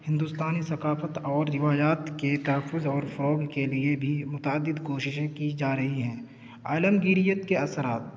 ہندوستانی ثقافت اور روایات کے تحفظ اور فروغ کے لیے بھی متعدد کوششیں کی جا رہی ہیں عالمگیریت کے اثرات